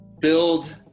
build